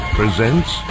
presents